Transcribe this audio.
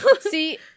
See